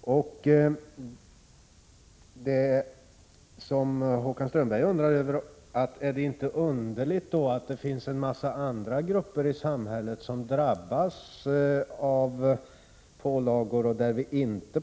Håkan Strömberg fann vårt ställningstagande underligt eftersom det finns en massa andra grupper i samhället som drabbas av pålagor och som vi inte